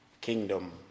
kingdom